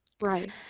Right